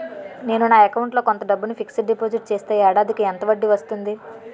నేను నా అకౌంట్ లో కొంత డబ్బును ఫిక్సడ్ డెపోసిట్ చేస్తే ఏడాదికి ఎంత వడ్డీ వస్తుంది?